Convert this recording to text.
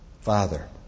Father